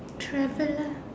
travel lah